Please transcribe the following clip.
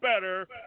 better